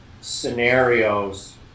scenarios